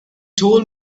told